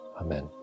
Amen